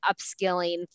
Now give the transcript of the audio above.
upskilling